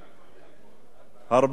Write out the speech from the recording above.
הרבה דוחות היו על השולחן,